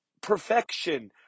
perfection